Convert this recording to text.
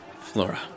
Flora